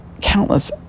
countless